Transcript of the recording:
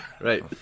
Right